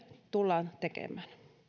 tullaan tekemään